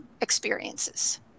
experiences